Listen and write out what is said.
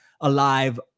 alive